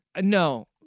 No